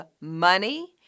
money